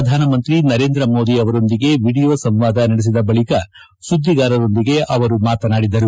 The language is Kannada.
ಪ್ರಧಾನಮಂತ್ರಿ ನರೇಂದ್ರ ಮೋದಿ ಆವರೊಂದಿಗೆ ವಿಡಿಯೋ ಸಂವಾದ ನಡೆಸಿದ ಬಳಿಕ ಸುದ್ದಿಗಾರರೊಂದಿಗೆ ಅವರು ಮಾತನಾಡಿದರು